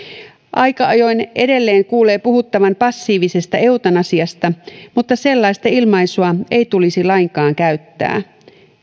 aika ajoin edelleen kuuluu puhuttavan passiivisesta eutanasiasta mutta sellaista ilmaisua ei tulisi lainkaan käyttää